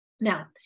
Now